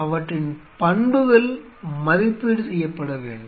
அவற்றின் பண்புகள் மதிப்பீடு செய்யப்பட வேண்டும்